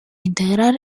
integrar